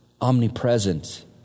omnipresent